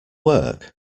work